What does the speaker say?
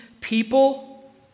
people